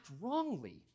wrongly